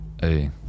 hey